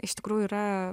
iš tikrųjų yra